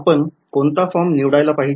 आपण कोणता फॉर्म निवडायला पाहिजे